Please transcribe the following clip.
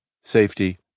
safety